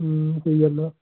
ਹਮ ਸਹੀ ਗੱਲ ਆ